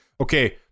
Okay